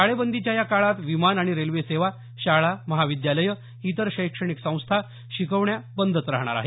टाळेबंदीच्या या काळात विमान आणि रेल्वे सेवा शाळा माहविद्यालयं इतर शैक्षणिक संस्था शिकवण्या बंदच राहणार आहेत